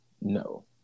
No